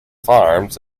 farms